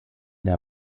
der